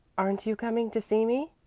aren't you coming to see me?